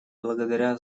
благодаря